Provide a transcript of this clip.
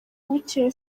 bukeye